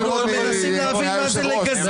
--- אנחנו פשוט מנסים להבין מה זה "לגזגז".